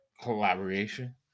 collaboration